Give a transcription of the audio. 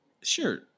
sure